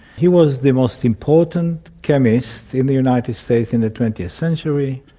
he was the most important chemist in the united states in the twentieth century,